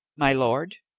my lord,